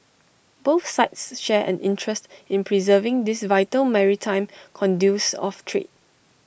both sides share an interest in preserving these vital maritime conduits of trade